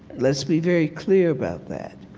let's be very clear about that.